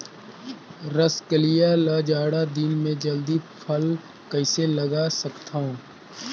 रमकलिया ल जाड़ा दिन म जल्दी फल कइसे लगा सकथव?